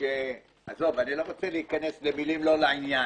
אני לא רוצה להיכנס למילים לא לעניין.